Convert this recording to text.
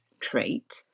trait